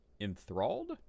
enthralled